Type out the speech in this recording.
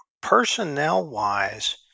Personnel-wise